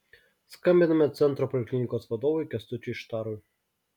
skambiname centro poliklinikos vadovui kęstučiui štarui